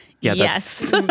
Yes